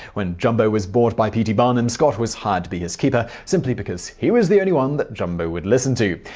when jumbo was bought by p t barnum, scott was hired to be his keeper simply because he was the only one jumbo would listen to.